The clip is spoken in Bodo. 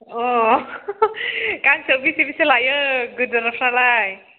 अ गांसेयाव बेसे बेसे लायो गिदिरफ्रालाय